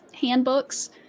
handbooks